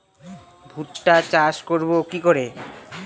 ভুট্টা চাষ করব কি করে?